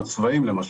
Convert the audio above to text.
הצבעים למשל.